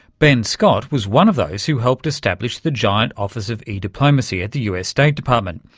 ben scott was one of those who helped establish the giant office of e-diplomacy at the us state department.